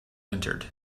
entered